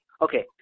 okay